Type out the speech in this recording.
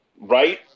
Right